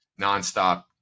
nonstop